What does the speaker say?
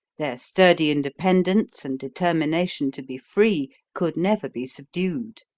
their sturdy independence and determination to be free could never be subdued.